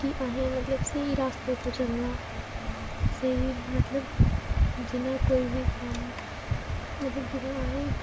की अहें मतलब स्हेई रास्ते उप्पर चलना एह् स्हेई मतलब जि'यां कोई बी कम्म मतलब जि'यां अहें